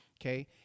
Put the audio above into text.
Okay